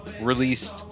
released